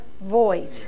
void